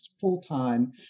full-time